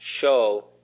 show